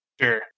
Sure